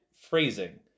phrasing